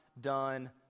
done